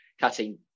cutting